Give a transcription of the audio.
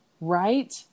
Right